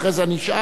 אחרי זה אני אשאל,